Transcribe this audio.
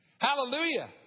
Hallelujah